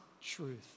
truth